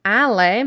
ale